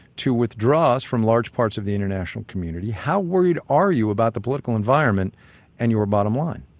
to withdraw us from large parts of the international community. how worried are you about the political environment and your bottom line?